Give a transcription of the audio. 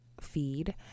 feed